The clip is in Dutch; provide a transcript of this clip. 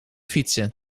fietsen